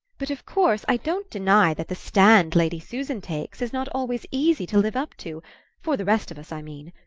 but of course i don't deny that the stand lady susan takes is not always easy to live up to for the rest of us, i mean.